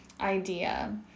idea